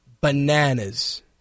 bananas